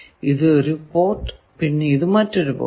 ഇത് ഒരു പോർട്ട് പിന്നെ ഇത് മറ്റൊരു പോർട്ട്